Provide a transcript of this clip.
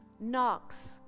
knocks